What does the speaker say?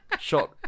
shot